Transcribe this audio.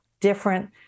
different